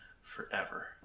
forever